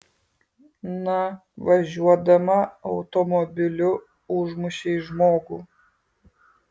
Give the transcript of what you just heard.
na važiuodama automobiliu užmušei žmogų